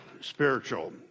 spiritual